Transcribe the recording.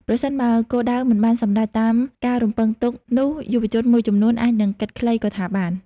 ប្រសិនបើ គោលដៅមិនបានសម្រេចតាមការរំពឹងទុកនោះយុវជនមួយចំនួនអាចនឹងគិតខ្លីក៏ថាបាន។